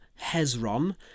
Hezron